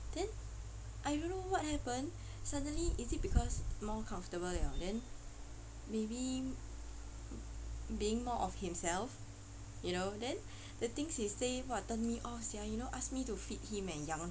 then I don't know what happened suddenly is it because more comfortable liao then maybe being more of himself you know then the things he say !wah! turn me off sia you know ask me to feed him eh